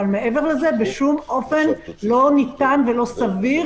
אבל מעבר לזה בשום אופן לא ניתן ולא סביר